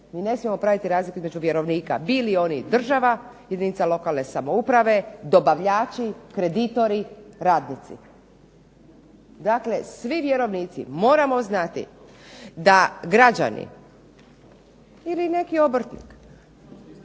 mi ne smijemo praviti razlike između vjerovnika bili oni država, jedinica lokalne samouprave, dobavljači, kreditori, radnici. Dakle, svi vjerovnici moramo znati, da građani ili neki obrtnik,